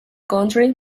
country